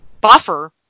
buffer